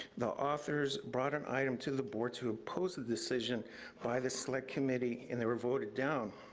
the authors brought an item to the board to oppose the decision by the select committee, and they were voted down.